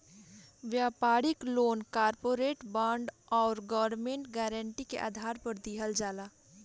व्यापारिक loan corporate bond आउर government guarantee के आधार पर दिहल जाला